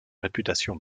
réputation